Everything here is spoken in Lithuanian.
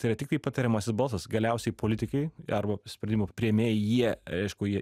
tai yra tiktai patariamasis balsas galiausiai politikai arba sprendimų priėmėjai jie aišku jie